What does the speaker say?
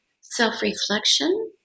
self-reflection